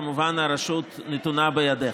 כמובן שהרשות נתונה בידיך.